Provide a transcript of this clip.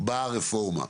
באה הרפורמה.